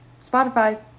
Spotify